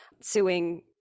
suing